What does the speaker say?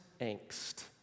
angst